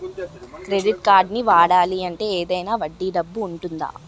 Credit కార్డ్ని వాడాలి అంటే ఏదైనా వడ్డీ డబ్బు ఉంటుందా?